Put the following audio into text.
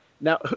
Now